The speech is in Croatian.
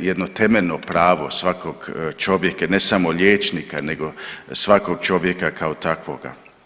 jedno temeljno pravo svakog čovjeka, ne samo liječnika nego svakog čovjeka kao takvoga.